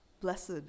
Blessed